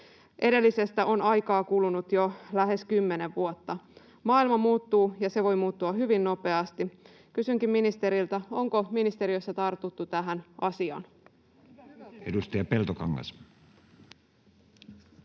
Edellisestä on aikaa kulunut jo lähes kymmenen vuotta. Maailma muuttuu, ja se voi muuttua hyvin nopeasti. Kysynkin ministeriltä: onko ministeriössä tartuttu tähän asiaan?